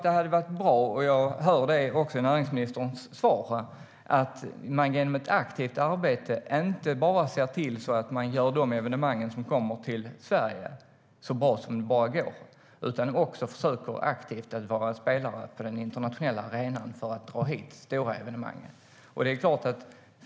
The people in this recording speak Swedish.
Det hade varit bra, och jag hör det också i näringsministerns svar, att man genom ett aktivt arbete inte bara ser till att man gör de evenemang som kommer till Sverige så bra som det bara går utan också försöker att aktivt vara en spelare på den internationella arenan för att dra hit stora evenemang.